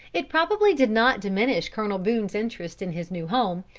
it probably did not diminish colonel boone's interest in his new home,